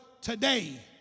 today